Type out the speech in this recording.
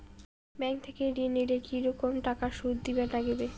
Bank থাকি ঋণ নিলে কি রকম টাকা সুদ দিবার নাগিবে?